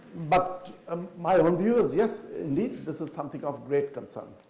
but um my own view is yes indeed this is something of great concern.